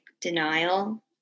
denial